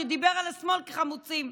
שדיבר על השמאל כחמוצים.